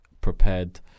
prepared